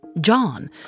John